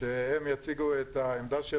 שהם יציגו את עמדתם.